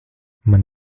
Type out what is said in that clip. man